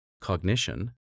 cognition